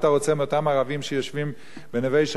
בנווה-שלום ורוצים לחיות בשלום עם שכניהם?